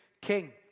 king